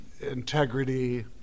integrity